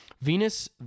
Venus